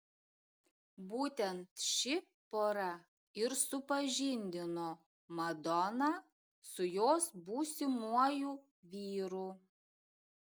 būtent ši pora ir supažindino madoną su jos būsimuoju vyru